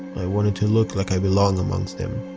i wanted to look like i belonged amongst them.